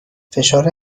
فشار